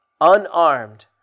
unarmed